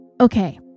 okay